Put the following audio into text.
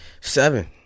Seven